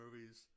movies